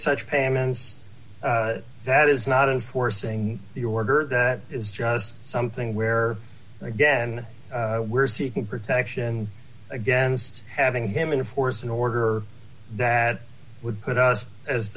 such payments that is not of forcing the order that is just something where again we're seeking protection against having him in force in order that would put us as